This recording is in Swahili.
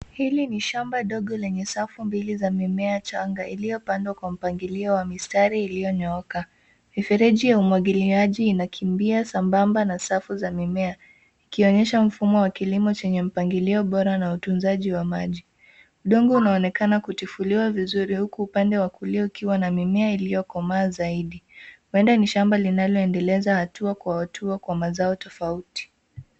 Hili ni shamba dogo lenye safu mbili za mimea changa, iliyopandwa kwa mpangilio wa mistari iliyonyooka. Mifereji yz umwagili inakimbia sambamba na safu za mimea. Ikionyesha mfumo wa kilimo chenye mpangilio bora na utunzaji wa maji. Udongo unaonekana kutifuliwa vizuri huku upande wa kulia ukiwa na mimea iliyokomaa zaidi. Huenda ni shamba linaloendeleza hatua kwa hatua kwa mazao tofauti.